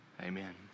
Amen